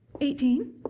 Eighteen